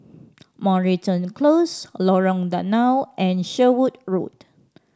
Moreton Close Lorong Danau and Sherwood Road